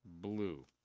blue